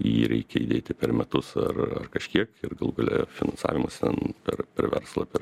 į jį reikia įdėti per metus ar ar kažkiek ir galų gale finansavimas ten per per verslą per